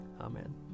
Amen